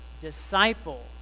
Disciple